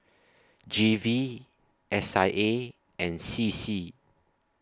G V S I A and C C